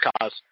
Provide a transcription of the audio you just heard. cause